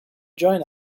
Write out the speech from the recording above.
join